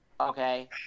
okay